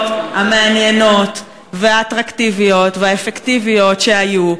המעניינות והאטרקטיביות והאפקטיביות שהיו.